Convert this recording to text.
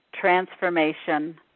transformation